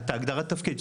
הגדרת תפקיד.